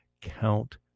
Count